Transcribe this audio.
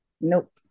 nope